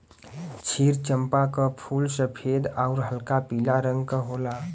क्षीर चंपा क फूल सफेद आउर हल्का पीला रंग क होला